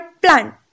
plant